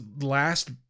last